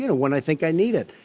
you know when i think i need it.